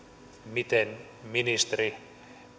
miten ministeri